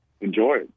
enjoy